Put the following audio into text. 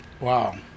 Wow